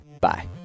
Bye